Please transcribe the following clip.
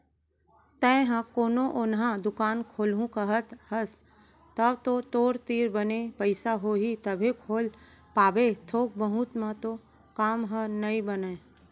तेंहा कोनो ओन्हा दुकान खोलहूँ कहत हस तव तो तोर तीर बने पइसा होही तभे खोल पाबे थोक बहुत म तो काम ह नइ बनय